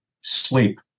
sleep